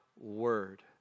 word